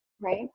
Right